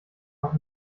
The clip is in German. noch